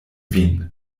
vin